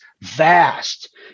vast